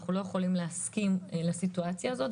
אנחנו לא יכולים להסכים לסיטואציה הזאת.